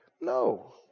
No